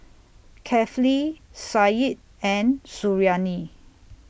Kefli Said and Suriani